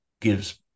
gives